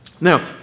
Now